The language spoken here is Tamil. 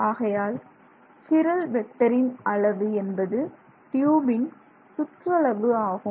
ஆகையால் சிரல் வெக்டரின் அளவு என்பது ட்யூபின் சுற்றளவு ஆகும்